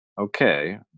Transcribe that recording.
okay